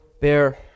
bear